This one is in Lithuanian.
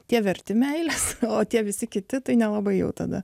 tie verti meilės o tie visi kiti tai nelabai jau tada